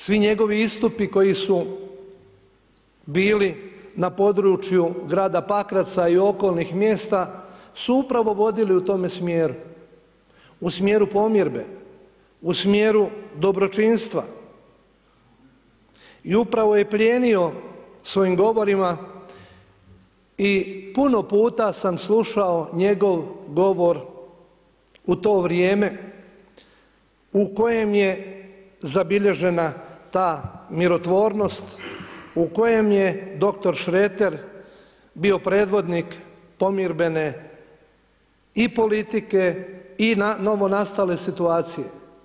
Svi njegovi istupi koji su bili na području grada Pakraca i okolnih mjesta su upravo vodili u tome smjeru, u smjeru pomirbe, u smjeru dobročinstva i upravo je plijenio svojim govorima i puno puta sam slušao njegov govor u to vrijeme u kojem je zabilježena ta mirotvornost u kojem je dr. Šreter bio predvodnik pomirbene i politike i novonastale situacije.